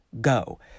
go